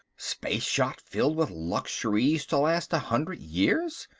space yacht filled with luxuries to last a hundred years,